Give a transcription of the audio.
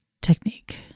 technique